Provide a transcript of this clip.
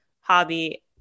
hobby